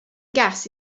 gas